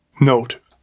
Note